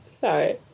sorry